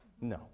No